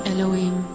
Elohim